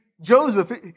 Joseph